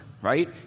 right